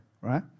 right